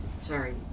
Sorry